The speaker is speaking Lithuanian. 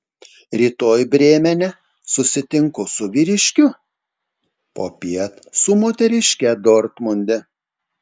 rytoj brėmene susitinku su vyriškiu popiet su moteriške dortmunde